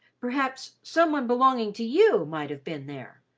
perhaps some one belonging to you might have been there.